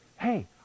Hey